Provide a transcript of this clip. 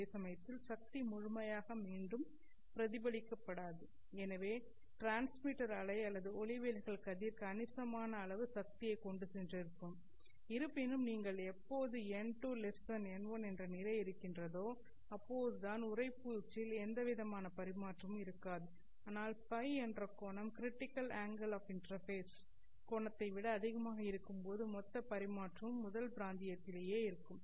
அதே சமயத்தில் சக்தி முழுமையாக மீண்டும் பிரதிபலிக்கப்படாது எனவே டிரான்ஸ்மிட்டர் அலை அல்லது ஒளிவிலகல் கதிர் கணிசமான அளவு சக்தியைக் கொண்டு சென்றிருக்கும் இருப்பினும் நீங்கள் எப்போது n2n1 என்ற நிலை இருக்கின்றதோ அப்போது தான் உறைபூச்சில் எந்தவிதமான பரிமாற்றமும் இருக்காது ஆனால் Ф என்ற கோணம் கிரிட்டிக்கல் அங்கெல் ஆஃ இன்டர்பேஸ் கோணத்தை விட அதிகமாக இருக்கும்போது மொத்த பரிமாற்றமும் முதல் பிராந்தியத்திலேயே இருக்கும்